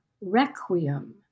Requiem